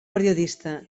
periodista